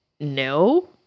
No